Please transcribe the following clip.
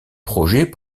projet